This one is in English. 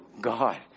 god